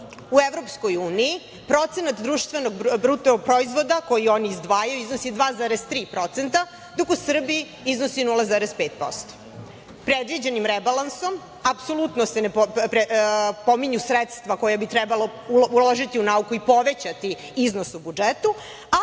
U EU procenat društvenog BDP koji oni izdvajaju iznosi 2,3% dok u Srbiji iznosi 0,5%. Predviđenim rebalansom apsolutno se ne pominju sredstva koja bi trebalo uložiti u nauku i povećati iznos u budžetu,